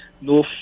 No